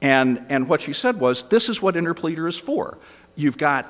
and what she said was this is what in her pleaders for you've got